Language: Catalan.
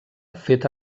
feta